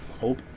Hope